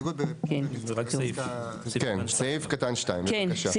כן, סעיף קטן (2), בבקשה.